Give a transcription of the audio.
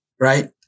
Right